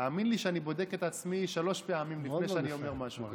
תאמין לי שאני בודק את עצמי שלוש פעמים לפני שאני אומר משהו.